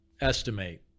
estimate